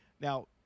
Now